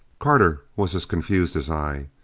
carter was as confused as i.